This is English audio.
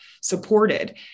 supported